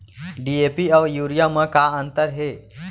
DAP अऊ urea म का अंतर हे?